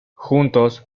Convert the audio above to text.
juntos